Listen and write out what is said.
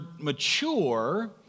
mature